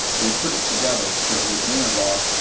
they'd put it together so with interlock,